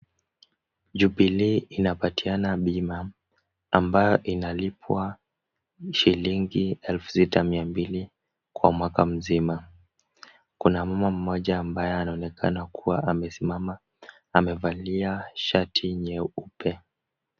Jubilee inapatiana bima ambayo inalipwa shilingi elfu sita mia mbili kwa mwaka mzima. Kuna mama mmoja ambaye anaonekana kuwa amesimama, amevalia shati nyeupe.